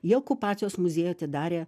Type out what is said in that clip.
jie okupacijos muziejų atidarė